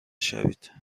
شوید